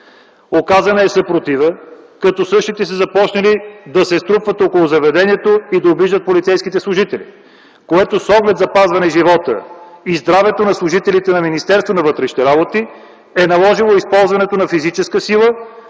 Оказана е съпротива, като същите са започнали да се струпват около заведението и да обиждат полицейските служители, което с оглед запазване живота и здравето на служителите на Министерството на вътрешните работи е наложило използването на физическа сила